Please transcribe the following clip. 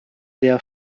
der